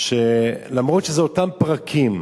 שלמרות שזה אותם פרקים,